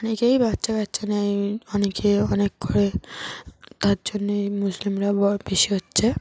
অনেকেই বাচ্চা কাচ্চা নেয় অনেকে অনেক করে তার জন্যেই মুসলিমরা ব বেশি হচ্ছে